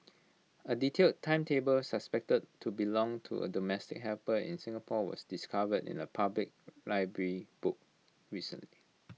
A detailed timetable suspected to belong to A domestic helper in Singapore was discovered in A public library book recently